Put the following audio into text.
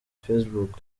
facebook